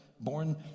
born